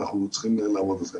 אנחנו צריכים לעמוד בזה.